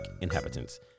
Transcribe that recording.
inhabitants